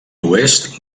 oest